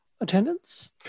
attendance